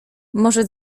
może